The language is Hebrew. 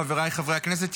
חבריי חברי הכנסת,